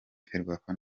ferwafa